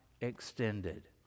extended